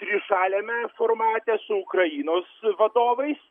trišaliame formate su ukrainos vadovais